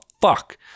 fuck